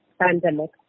pandemic